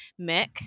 Mick